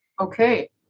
Okay